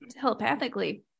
telepathically